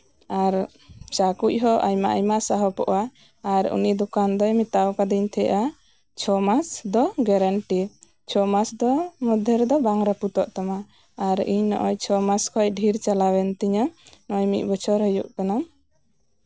ᱟᱨ ᱪᱟ ᱠᱩᱡ ᱦᱚᱸ ᱟᱭᱢᱟᱼᱟᱭᱢᱟ ᱥᱟᱦᱚᱯᱚᱜᱼᱟ ᱟᱨ ᱩᱱᱤ ᱫᱚᱠᱟᱱ ᱫᱩᱧ ᱢᱮᱛᱟᱣ ᱠᱟ ᱫᱤᱧ ᱛᱟᱦᱮᱸᱜᱼᱟ ᱪᱷᱚ ᱢᱟᱥ ᱫᱚ ᱜᱮᱨᱮᱱᱴᱤ ᱪᱷᱚ ᱢᱟᱥ ᱫᱚ ᱢᱚᱫᱽᱫᱷᱮ ᱨᱮᱫᱚ ᱵᱟᱝ ᱨᱟᱯᱩᱛᱚᱜ ᱛᱟᱢᱟ ᱟᱨ ᱤᱧ ᱱᱚᱜᱼᱚᱭ ᱪᱷᱚ ᱢᱟᱥ ᱠᱷᱚᱱ ᱰᱷᱤᱨ ᱪᱟᱞᱟᱣᱮᱱ ᱛᱤᱧᱟᱹ ᱢᱤᱫ ᱵᱚᱪᱷᱚᱨ ᱦᱩᱭᱩᱜ ᱠᱟᱱᱟ